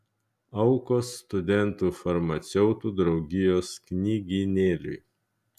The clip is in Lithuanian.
aukos studentų farmaceutų draugijos knygynėliui